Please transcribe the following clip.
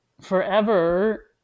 forever